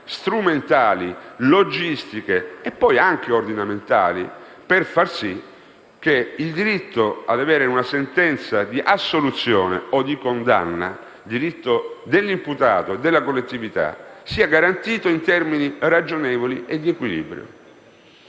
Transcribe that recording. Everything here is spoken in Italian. strumentali, logistiche e poi anche ordinamentali, per far sì che il diritto di avere una sentenza di assoluzione o di condanna - diritto dell'imputato e della collettività - sia garantito in termini ragionevoli e di equilibrio.